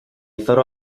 farò